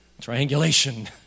Triangulation